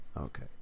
Okay